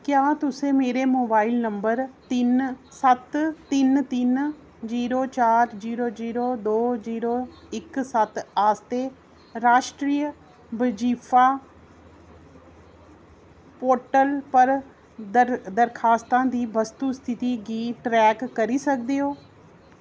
क्या तुसें मेरे मोबाइल नंबर तिन सत्त तिन तिन जीरो चार जीरो जीरो दो जीरो इक सत्त आस्तै राश्ट्रीय बजीफा पोर्टल पर दर दरखास्तां दी वस्तु स्थिति गी ट्रैक करी सकदे ओ